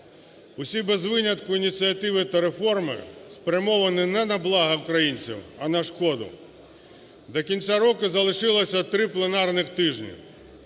Усі без винятку ініціативи та реформи спрямовані не на блага українців, а на шкоду. До кінця року залишилося 3 пленарних тижні,